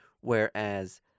Whereas